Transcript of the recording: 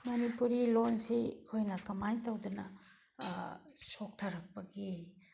ꯃꯅꯤꯄꯨꯔꯤ ꯂꯣꯜꯁꯤ ꯑꯩꯈꯣꯏꯅ ꯀꯃꯥꯏꯅ ꯇꯧꯗꯅ ꯁꯣꯛꯊꯔꯛꯄꯒꯦ